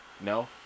No